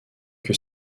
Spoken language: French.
que